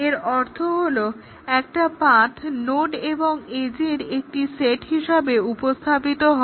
এর অর্থ হলো একটা পাথ নোড এবং এজের একটি সেট হিসেবে উপস্থাপিত হয়